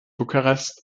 bucharest